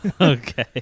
Okay